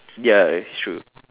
ya it's true